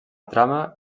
trama